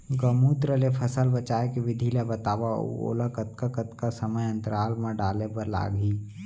गौमूत्र ले फसल बचाए के विधि ला बतावव अऊ ओला कतका कतका समय अंतराल मा डाले बर लागही?